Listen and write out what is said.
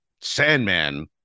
Sandman